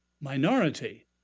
minority